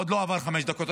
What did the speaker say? עוד לא עברו חמש דקות.